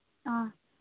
ꯑꯥ